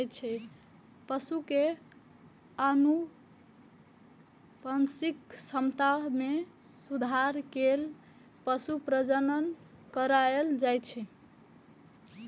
पशु के आनुवंशिक क्षमता मे सुधार लेल पशु प्रजनन कराएल जाइ छै